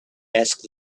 asked